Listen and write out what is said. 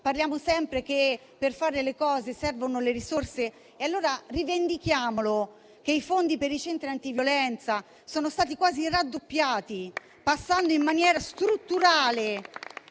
Diciamo sempre che per fare le cose servono le risorse, rivendichiamo allora che i fondi per i centri antiviolenza sono stati quasi raddoppiati, passando in maniera strutturale